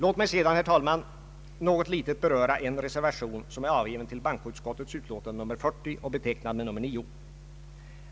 Låt mig sedan, herr talman, något litet beröra en reservation som är avgiven till bankoutskottets utlåtande nr 40 och betecknad med nr 9.